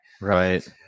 Right